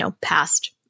past